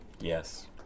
Yes